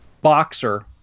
boxer